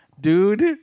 dude